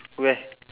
where